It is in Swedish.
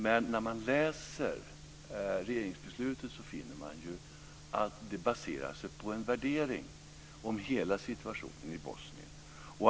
Men när man läser regeringsbeslutet finner man ju att det baserar sig på en värdering av hela situationen i Bosnien.